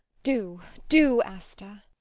do! do, asta!